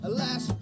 Alas